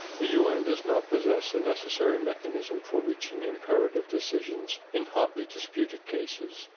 the un does not possess the necessary mechanism for reaching imperative decisions in hotly disputed cases,